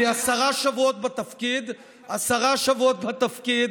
אני עשרה שבועות בתפקיד, עשרה שבועות בתפקיד,